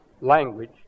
language